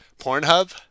Pornhub